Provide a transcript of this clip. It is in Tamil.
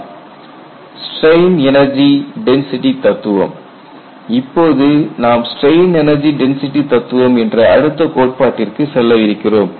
Strain Energy density Criterion strain energy density தத்துவம் இப்போது நாம் ஸ்ட்ரெயின் எனர்ஜி டென்சிட்டி தத்துவம் என்ற அடுத்த கோட்பாட்டிற்கு செல்லவிருக்கிறோம்